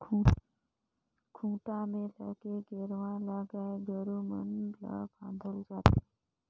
खूंटा में लगे गेरवा ले गाय गोरु मन ल बांधल जाथे